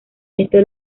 esto